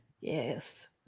Yes